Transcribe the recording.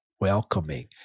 welcoming